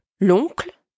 l'oncle